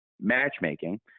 matchmaking